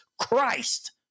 Christ